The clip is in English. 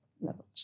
levels